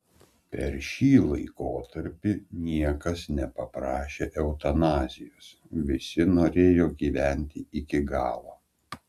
per šį laikotarpį niekas nepaprašė eutanazijos visi norėjo gyventi iki galo